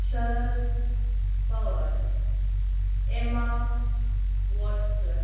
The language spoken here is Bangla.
Sharad Pawar Emma Watson